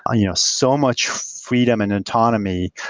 ah you know so much freedom and autonomy.